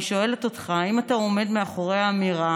אני שואלת אותך: האם אתה עומד מאחורי האמירה